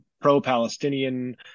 pro-Palestinian